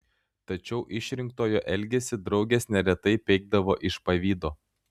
tačiau išrinktojo elgesį draugės neretai peikdavo iš pavydo